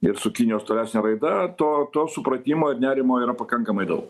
ir su kinijos tolesne raida to to supratimo ir nerimo yra pakankamai daug